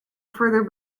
further